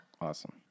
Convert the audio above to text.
Awesome